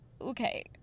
Okay